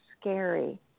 scary